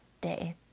day